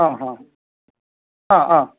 ആ ആ ആ ആ